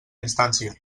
instància